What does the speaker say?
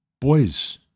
boys